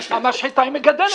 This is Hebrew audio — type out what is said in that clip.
המשחטה היא מגדלת היום.